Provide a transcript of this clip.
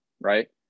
right